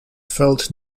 felt